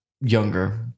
younger